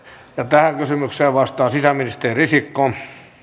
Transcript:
tähän kysymykseen vastaa sisäministeri risikko